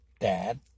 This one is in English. Dad